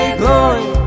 glory